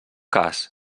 cas